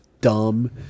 dumb